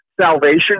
salvation